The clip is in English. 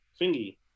thingy